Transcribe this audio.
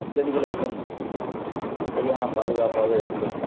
பெண்களுக்கும் சரியான பாதுகாப்பாக இருக்கும்